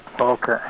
Okay